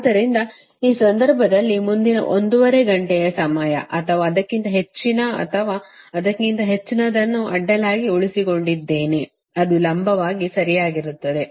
ಆದ್ದರಿಂದ ಈ ಸಂದರ್ಭದಲ್ಲಿ ಮುಂದಿನ ಒಂದೂವರೆ ಘಂಟೆಯ ಸಮಯ ಅಥವಾ ಅದಕ್ಕಿಂತ ಹೆಚ್ಚಿನ ಅಥವಾ ಅದಕ್ಕಿಂತ ಹೆಚ್ಚಿನದನ್ನು ಅಡ್ಡಲಾಗಿ ಉಳಿಸಿಕೊಂಡಿದ್ದೇನೆ ಅದು ಲಂಬವಾಗಿ ಸರಿಯಾಗಿರುತ್ತದೆ